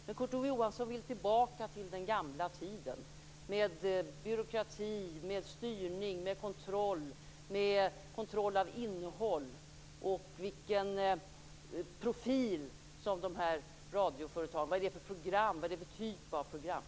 Men Kurt Ove Johansson vill tillbaka till den gamla tiden med byråkrati, styrning, kontroll av innehåll och vilken profil som radioföretagen har. Låt lyssnarna själva avgöra detta. Låt det som finns inom tryckfrihetens ramar, nämligen etableringsfriheten, också styra inom mediepolitiken.